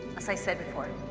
i said before,